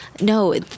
No